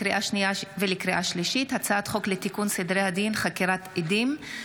לקריאה שנייה ולקריאה שלישית: הצעת חוק לתיקון סדרי הדין (חקירת עדים),